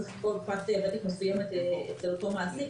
צריך כל פרט --- של אותו מעסיק.